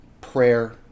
prayer